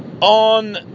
On